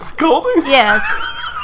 yes